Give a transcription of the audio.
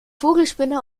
vogelspinne